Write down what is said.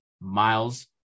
miles